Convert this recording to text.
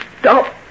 stop